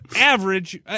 average